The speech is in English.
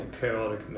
chaotic